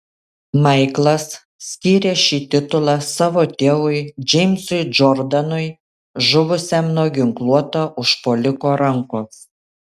maiklas skyrė šį titulą savo tėvui džeimsui džordanui žuvusiam nuo ginkluoto užpuoliko rankos